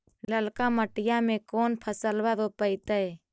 ललका मटीया मे कोन फलबा रोपयतय?